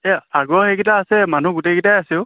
এই আগৰ সেইকেইটা আছে মানুহ গোটেইকেইটাই আছে অ'